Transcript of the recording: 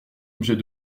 objet